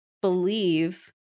believe